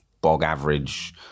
bog-average